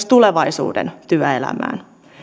tulevaisuuden työelämään